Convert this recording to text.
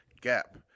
Gap